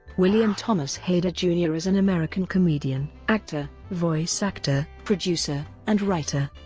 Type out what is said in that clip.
william thomas hader jr. is an american comedian, actor, voice actor, producer, and writer.